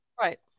Right